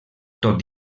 tot